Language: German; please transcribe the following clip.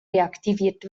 reaktiviert